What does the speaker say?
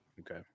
Okay